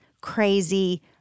crazy